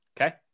Okay